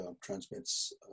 transmits